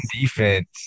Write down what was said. defense